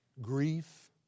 grief